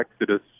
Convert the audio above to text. exodus